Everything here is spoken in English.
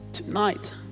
tonight